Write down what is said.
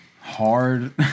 Hard